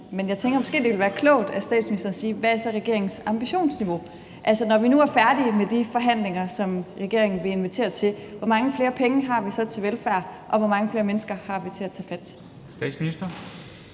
Men jeg tænker måske, det ville være klogt af statsministeren at sige, hvad der så er regeringens ambitionsniveau. Altså, når vi nu er færdige med de forhandlinger, som regeringen vil invitere til, hvor mange flere penge har vi så til velfærd, og hvor mange flere mennesker har vi til at tage fat? Kl.